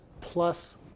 plus